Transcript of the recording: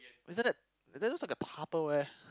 isn't that that looks like a Tupperware